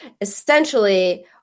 essentially